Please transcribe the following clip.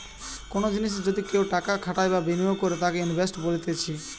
কোনো জিনিসে যদি কেও টাকা খাটাই বা বিনিয়োগ করে তাকে ইনভেস্টমেন্ট বলতিছে